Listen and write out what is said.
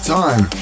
time